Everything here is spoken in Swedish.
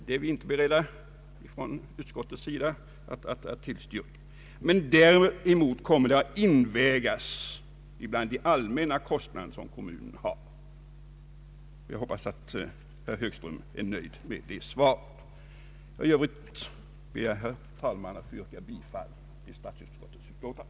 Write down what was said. Däremot torde de komma att invägas i de allmänna kostnader som kommunen har och på det sättet bli beaktade. Jag hoppas att herr Högström är nöjd med det svaret. I övrigt ber jag, herr talman, ati få yrka bifall till statsutskottets hemställan.